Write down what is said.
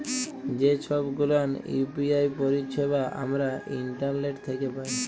যে ছব গুলান ইউ.পি.আই পারিছেবা আমরা ইন্টারলেট থ্যাকে পায়